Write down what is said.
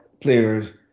players